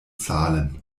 zahlen